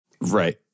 Right